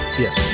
yes